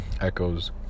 echoes